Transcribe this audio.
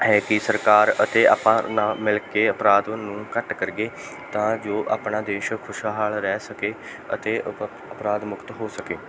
ਹੈ ਕਿ ਸਰਕਾਰ ਅਤੇ ਆਪਾਂ ਨਾ ਮਿਲ ਕੇ ਅਪਰਾਧ ਨੂੰ ਘੱਟ ਕਰੀਏ ਤਾਂ ਜੋ ਆਪਣਾ ਦੇਸ਼ ਖੁਸ਼ਹਾਲ ਰਹਿ ਸਕੇ ਅਤੇ ਅਪ ਅਪਰਾਧ ਮੁਕਤ ਹੋ ਸਕੇ